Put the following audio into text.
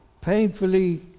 Painfully